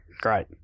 great